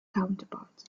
counterparts